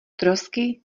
trosky